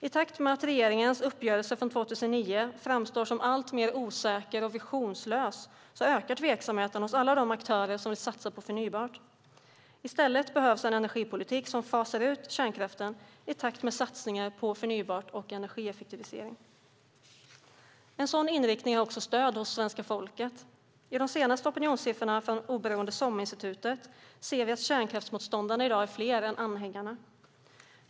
I takt med att regeringens uppgörelse från 2009 framstår som alltmer osäker och visionslös ökar tveksamheten hos alla de aktörer som vill satsa på förnybart. I stället behövs en energipolitik som fasar ut kärnkraften i takt med satsningar på förnybart och energieffektivisering. En sådan inriktning har också stöd hos svenska folket. I de senaste opinionssiffrorna från oberoende SOM-institutet ser vi att kärnkraftsmotståndarna i dag är fler än anhängarna.